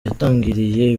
yatangiriye